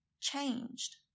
Changed